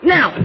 Now